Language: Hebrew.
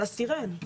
על הסטירן.